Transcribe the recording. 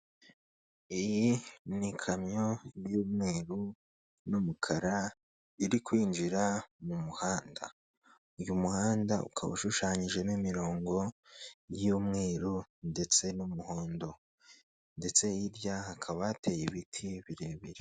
Iyi ni ikamyo y'umweru n'umukara, iri kwinjira mu muhanda. Uyu muhanda ukaba ushushanyijemo imirongo y'umweru ndetse n'umuhondo ndetse hirya hakaba hateye ibiti birebire.